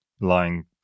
lying